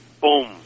boom